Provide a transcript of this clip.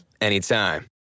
anytime